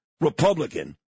Republican